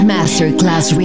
Masterclass